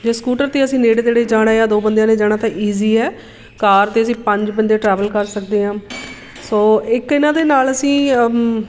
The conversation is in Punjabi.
ਜੇ ਸਕੂਟਰ 'ਤੇ ਅਸੀਂ ਨੇੜੇ ਤੇੜੇ ਜਾਣਾ ਹੈ ਦੋ ਬੰਦਿਆਂ ਨੇ ਜਾਣਾ ਤਾਂ ਈਜ਼ੀ ਹੈ ਕਾਰ 'ਤੇ ਅਸੀਂ ਪੰਜ ਬੰਦੇ ਟਰੈਵਲ ਕਰ ਸਕਦੇ ਹਾਂ ਸੋ ਇੱਕ ਇਹਨਾਂ ਦੇ ਨਾਲ ਅਸੀਂ